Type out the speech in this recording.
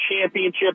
championship